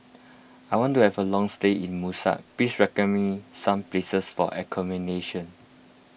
I want to have a long stay in Muscat please recommend me some places for accommodation